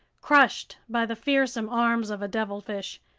crushed by the fearsome arms of a devilfish,